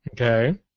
Okay